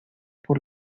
por